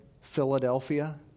Philadelphia